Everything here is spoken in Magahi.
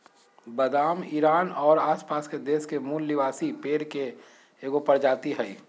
बादाम ईरान औरो आसपास के देश के मूल निवासी पेड़ के एगो प्रजाति हइ